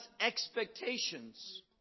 expectations